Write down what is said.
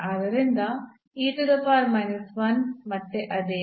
ಆದ್ದರಿಂದ ಮತ್ತೆ ಅದೇ